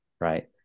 right